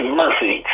mercy